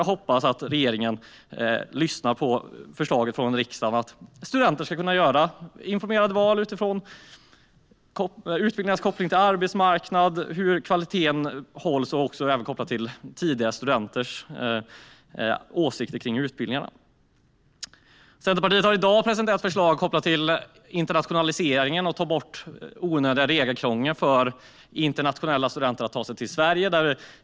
Jag hoppas att regeringen lyssnar på förslaget från riksdagen om att studenter ska kunna göra val utifrån utbildningarnas koppling till arbetsmarknad, utbildningens kvalitet och utifrån tidigare studenters åsikter om utbildningen. Centerpartiet har i dag presenterat förslag kopplat till internationaliseringen för att ta bort onödigt regelkrångel för internationella studenter om de vill ta sig till Sverige.